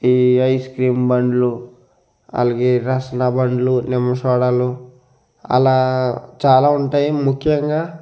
ఈ ఐస్క్రీమ్ బండ్లు అలాగే రస్నా బండ్లు నిమ్మ సోడాలు అలా చాలా ఉంటాయి ముఖ్యంగా